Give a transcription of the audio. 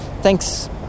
Thanks